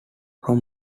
from